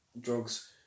drugs